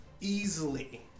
Easily